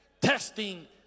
testing